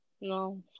no